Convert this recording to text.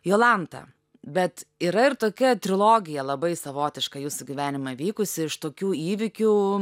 jolanta bet yra ir tokia trilogija labai savotiška jūsų gyvenime vykusi iš tokių įvykių